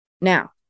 Now